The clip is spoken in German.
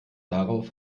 darauf